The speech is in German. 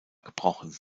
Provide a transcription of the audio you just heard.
gebrochen